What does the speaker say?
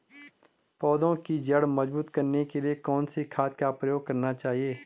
पौधें की जड़ मजबूत करने के लिए कौन सी खाद का प्रयोग करना चाहिए?